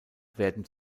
werden